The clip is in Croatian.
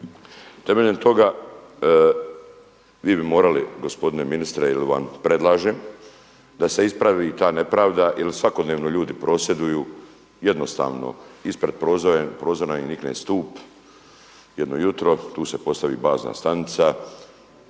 Temeljem toga vi bi morali gospodine ministre ili vam predlažem da se ispravi ta nepravda jer svakodnevno ljudi prosvjeduju jednostavno ispred prozora im nikne stup jedno jutro, tu se postavi bazna stanica